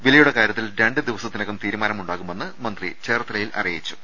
വിലയുടെ കാര്യത്തിൽ രണ്ടു ദിവസത്തിനകം തീരുമാനമുണ്ടാകുമെന്ന് മന്ത്രി ചേർത്ത ലയിൽ അറിയിച്ചു